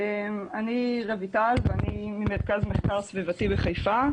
אני ממרכז מחקר סביבתי בחיפה.